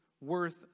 worth